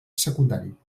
secundari